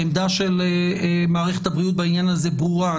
העמדה של מערכת הבריאות בעניין הזה ברורה.